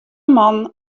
man